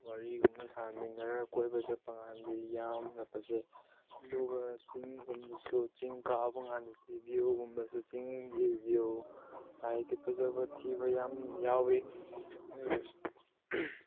ꯋꯥꯔꯤꯒꯨꯝꯕ ꯁꯥꯟꯃꯤꯟꯅꯔ ꯀꯣꯏꯕ ꯆꯠꯄꯀꯥꯟꯗꯤ ꯌꯥꯝꯅ ꯐꯖꯩ ꯑꯗꯨꯒ ꯆꯤꯡꯒꯨꯝꯕꯁꯨ ꯆꯤꯡ ꯀꯥꯕ ꯀꯥꯟꯗꯗꯤ ꯚ꯭ꯌꯨꯒꯨꯝꯕꯁꯨ ꯆꯤꯡꯒꯤ ꯚ꯭ꯌꯨ ꯍꯥꯏꯗꯤ ꯐꯖꯕ ꯊꯤꯕ ꯌꯥꯝ ꯌꯥꯎꯏ ꯑꯗꯨ ꯑꯣꯏꯔꯁꯨ